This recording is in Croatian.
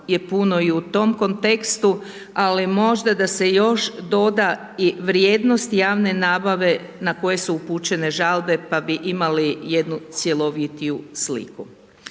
je puno i u tom kontekstu, ali možda da se još doda i vrijednost javne nabave na koje su upućene žalbe pa bi imali jednu cjelovitiju sliku.